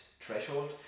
threshold